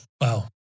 Wow